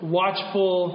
watchful